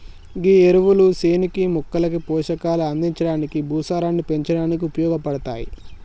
గీ ఎరువులు సేనుకి మొక్కలకి పోషకాలు అందించడానికి, భూసారాన్ని పెంచడానికి ఉపయోగపడతాయి